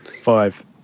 five